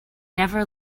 never